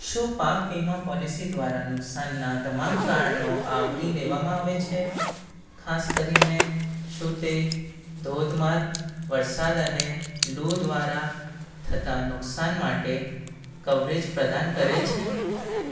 શું પાક વીમા પૉલિસી દ્વારા નુકસાનના તમામ કારણો આવરી લેવામાં આવે છે ખાસ કરીને શું તે ધોધમાર વરસાદ અને લૂ દ્વારા થતાં નુકસાન માટે કવરેજ પ્રદાન કરે છે